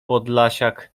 podlasiak